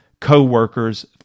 co-workers